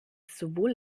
sowohl